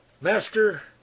Master